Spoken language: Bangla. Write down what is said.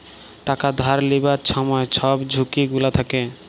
টাকা ধার লিবার ছময় ছব ঝুঁকি গুলা থ্যাকে